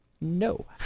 No